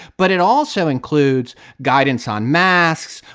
but it also includes guidance on masks,